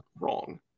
wrong